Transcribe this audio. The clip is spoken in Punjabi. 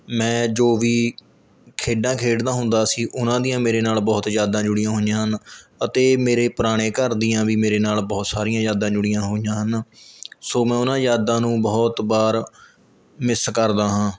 ਮੈਂ ਜੋ ਵੀ ਖੇਡਾਂ ਖੇਡਦਾ ਹੁੰਦਾ ਸੀ ਉਹਨਾਂ ਦੀਆਂ ਮੇਰੇ ਨਾਲ਼ ਬਹੁਤ ਯਾਦਾਂ ਜੁੜੀਆਂ ਹੋਈਆਂ ਹਨ ਅਤੇ ਮੇਰੇ ਪੁਰਾਣੇ ਘਰ ਦੀਆਂ ਵੀ ਮੇਰੇ ਨਾਲ਼ ਬਹੁਤ ਸਾਰੀਆਂ ਯਾਦਾਂ ਜੁੜੀਆਂ ਹੋਈਆਂ ਹਨ ਸੋ ਮੈਂ ਉਹਨਾਂ ਯਾਦਾਂ ਨੂੰ ਬਹੁਤ ਵਾਰ ਮਿੱਸ ਕਰਦਾ ਹਾਂ